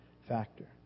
factor